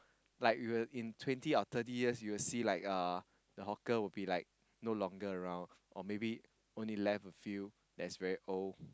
like you will in twenty or thirty years you will see like uh the hawker will be like no longer around or maybe only left a few that's very old